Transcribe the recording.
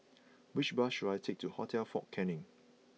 which bus should I take to Hotel Fort Canning